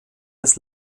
des